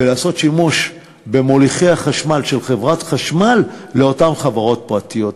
ולעשות שימוש במוליכי החשמל של חברת חשמל לאותן חברות פרטיות,